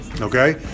Okay